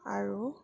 আৰু